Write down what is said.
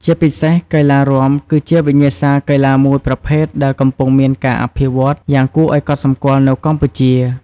ជាពិសេសកីឡារាំ គឺជាវិញ្ញាសាកីឡាមួយប្រភេទដែលកំពុងមានការអភិវឌ្ឍន៍យ៉ាងគួរឱ្យកត់សម្គាល់នៅកម្ពុជា។